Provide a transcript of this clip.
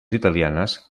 italianes